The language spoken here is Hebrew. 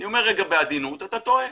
אני אומר רגע בעדינות: אתה טועה.